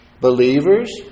believers